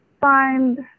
find